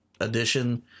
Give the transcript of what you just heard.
Edition